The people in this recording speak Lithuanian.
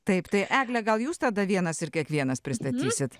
taip tai egle gal jūs tada vienas ir kiekvienas pristatysit